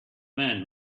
man